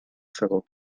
segó